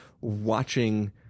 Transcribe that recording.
watching